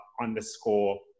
underscore